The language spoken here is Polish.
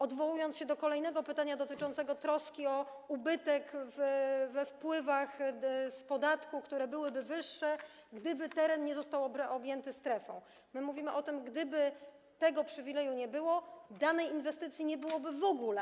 Odwołując się do kolejnego pytania, dotyczącego troski o ubytek we wypływach z podatku, które byłyby wyższe, gdyby teren nie został objęty strefą, chcę powiedzieć, że mówimy o tym, że gdyby tego przywileju nie było, danej inwestycji nie byłoby w ogóle.